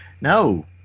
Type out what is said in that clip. no